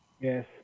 Yes